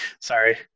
Sorry